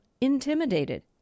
intimidated